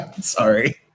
Sorry